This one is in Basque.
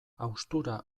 haustura